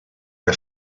que